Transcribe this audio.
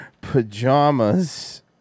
pajamas